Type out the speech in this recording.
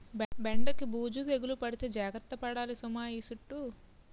బెండకి బూజు తెగులు పడితే జాగర్త పడాలి సుమా ఈ సుట్టూ